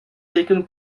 taken